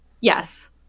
Yes